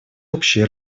общие